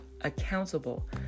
accountable